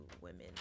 women